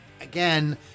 again